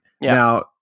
Now